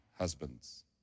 Husbands